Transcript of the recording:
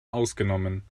ausgenommen